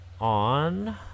on